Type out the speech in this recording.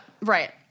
Right